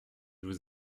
vous